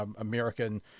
American